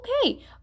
okay